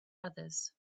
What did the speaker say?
others